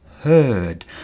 Heard